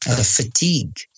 Fatigue